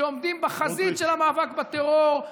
שעומדים בחזית של המאבק בטרור.